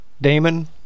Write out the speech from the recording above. Damon